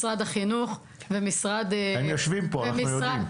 משרד החינוך ומשרד --- הם יושבים פה אנחנו יודעים.